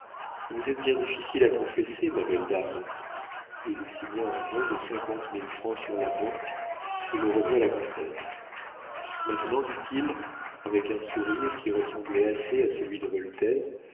vous êtes bien difficile à confesser ma belle dame il signa un bon de cinquante mille francs sur la banque et le remit à la comtesse maintenant dit-il avec un sourire qui ressemblait assez à celui de voltaire